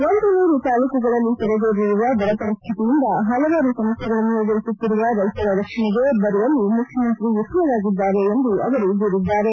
ಒಂದು ನೂರು ತಾಲೂಕುಗಳಲ್ಲಿ ತಲೆದೋರಿರುವ ಬರಪರಿಸ್ಥಿತಿಯಿಂದ ಹಲವಾರು ಸಮಸ್ಯೆಗಳನ್ನು ಎದುರಿಸುತ್ತಿರುವ ರೈತರ ರಕ್ಷಣೆಗೆ ಬರುವಲ್ಲಿ ಮುಖ್ಯಮಂತ್ರಿ ವಿಫಲರಾಗಿದ್ದಾರೆ ಎಂದು ಅವರು ದೂರಿದ್ದಾರೆ